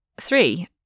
Three